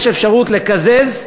יש אפשרות לקזז,